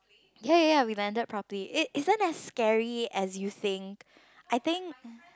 ya ya ya we landed properly it isn't that scary as you think I think